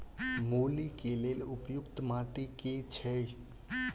मूली केँ लेल उपयुक्त माटि केँ छैय?